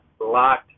locked